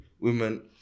women